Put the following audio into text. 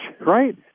right